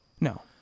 No